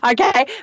Okay